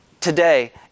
today